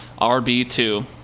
RB2